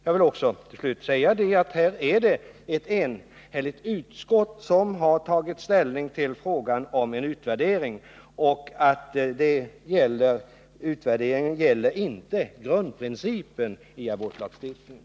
Jag vill till sist säga att det är ett enhälligt utskott som tagit ställning till frågan om en utvärdering. Utvärderingen gäller inte grundprincipen i abortlagstiftningen.